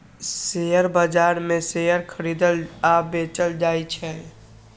share बाजार मे share खरीदल आ बेचल जाइ छै